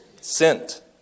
Sent